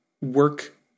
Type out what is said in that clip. work